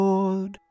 Lord